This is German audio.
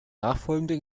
nachfolgende